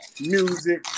music